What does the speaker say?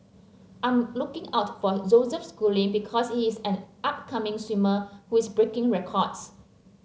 I'm looking out for Joseph Schooling because he is an upcoming swimmer who is breaking records